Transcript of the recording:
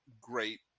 great